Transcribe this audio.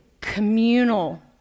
communal